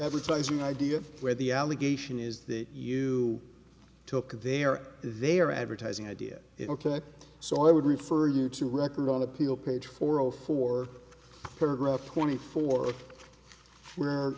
advertise an idea where the allegation is that you took their their advertising idea ok so i would refer you to record on appeal page four zero four paragraph twenty four where